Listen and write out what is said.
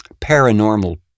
paranormal